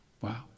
Wow